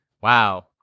Wow